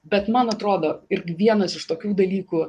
bet man atrodo ir vienas iš tokių dalykų